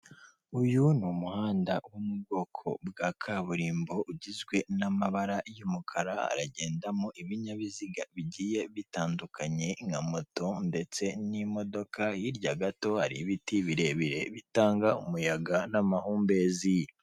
Uyu ni umuhanda wo mu bwoko bwa kaburimbo ugizwe n'amabara y'umukara aragendamo ibinyabiziga bigiye bitandukanye nka moto ndetse n'imodoka, hirya gato hari ibiti birebire bitanga umuyaga n'amahumbezi.